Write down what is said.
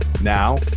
Now